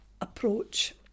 approach